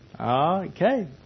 Okay